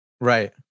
right